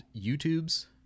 YouTubes